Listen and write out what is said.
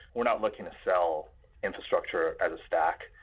we're not looking to sell infrastructure as a stack,